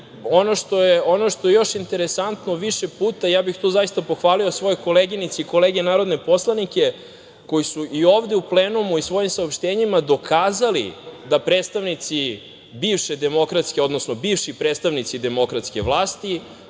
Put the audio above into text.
SNS.Ono što je još interesantno, više puta, ja bih tu zaista pohvalio svoje koleginice i kolege narodne poslanike, koji su i ovde u plenumu i svojim saopštenjima dokazali da predstavnici bivše Demokratske stranke, odnosno bivši predstavnici demokratske vlasti,